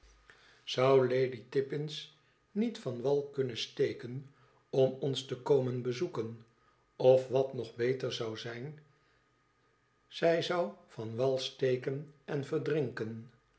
zou lady tippins niet van wal kunnen steken om ons te komen bezoeken of wat nog beter zou zijn zij zou van wal steken en verdrinken